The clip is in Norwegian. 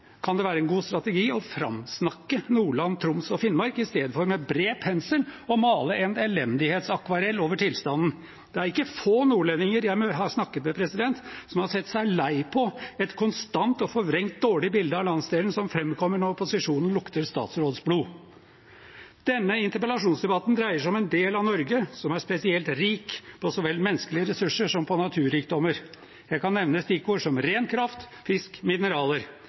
det være en god strategi å framsnakke Nordland, Troms og Finnmark i stedet for med bred pensel å male en elendighetsakvarell over tilstanden. Det er ikke få nordlendinger jeg har snakket med, som har sett seg lei på et konstant og forvrengt dårlig bilde av landsdelen som framkommer når opposisjonen lukter statsrådsblod. Denne interpellasjonsdebatten dreier seg om en del av Norge som er spesielt rik på så vel menneskelige ressurser som på natur. Jeg kan nevne stikkord som ren kraft, fisk, mineraler.